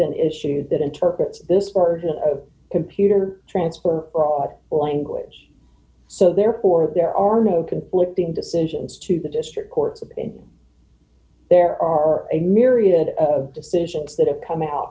been issued that interprets this version of computer transfer fraud or language so therefore there are no conflicting decisions to the district court's opinion there are a myriad of decisions that have come out